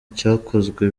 cyakozwe